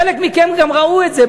חלק מכם גם ראו את זה,